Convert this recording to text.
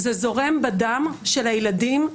זה זורם בדם של הילדים,